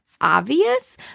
obvious